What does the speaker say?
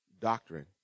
doctrine